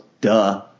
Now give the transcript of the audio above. duh